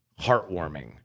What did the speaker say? heartwarming